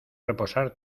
reposar